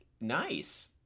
Nice